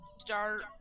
start